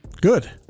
Good